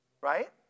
right